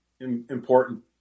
important